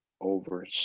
over